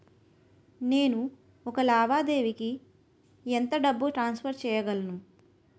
నేను ఒక లావాదేవీకి ఎంత డబ్బు ట్రాన్సఫర్ చేయగలను?